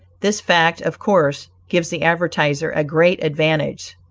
this fact, of course, gives the advertiser a great advantage.